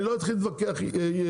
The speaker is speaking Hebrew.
אני לא אתחיל להתווכח אפידמיולוגית,